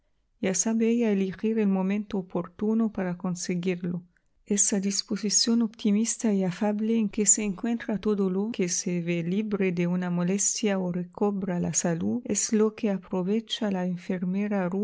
ya sabe ella elegir el momento oportuno para conseguirlo esa disposición optimista y afable en que se encuentra todo el que se ve libre de una molestia o recobra la salud es o que aprovecha la